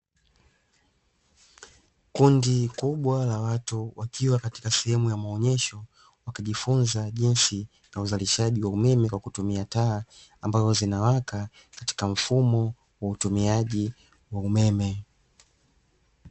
Kundi kubwa la watu wakiwa katika sehemu ya maonyesho wakijifunza jinsi ya uzalishaji wa umeme kwa kutumia taa ambazo zinawaka katika mfumo wa utumiaji wa umeme.